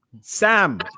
Sam